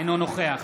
אינו נוכח